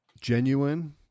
Genuine